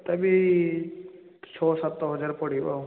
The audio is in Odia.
ତଥାପି ଛଅ ସାତହଜାର ପଡ଼ିବ ଆଉ